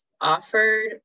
offered